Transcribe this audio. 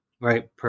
right